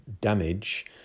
damage